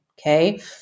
Okay